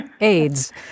AIDS